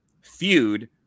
feud